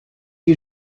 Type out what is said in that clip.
you